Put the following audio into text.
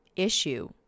issue